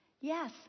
Yes